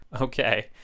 Okay